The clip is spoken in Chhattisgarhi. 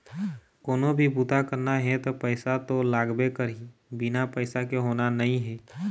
कोनो भी बूता करना हे त पइसा तो लागबे करही, बिना पइसा के होना नइ हे